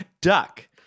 duck